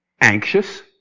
Anxious